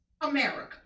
America